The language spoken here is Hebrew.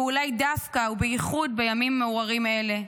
ואולי דווקא ובייחוד בימים מעורערים אלה,